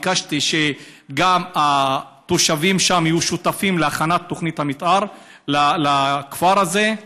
ביקשתי שגם התושבים שם יהיו שותפים להכנת תוכנית המתאר לכפר הזה,